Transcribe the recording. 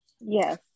Yes